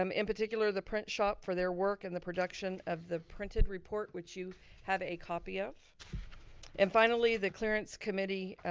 um in particular the print shop for their work in the production of the printed report which you have a copy of and finally the clearance committee,